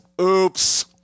Oops